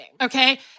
Okay